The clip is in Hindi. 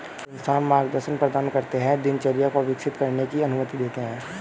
संस्थान मार्गदर्शन प्रदान करते है दिनचर्या को विकसित करने की अनुमति देते है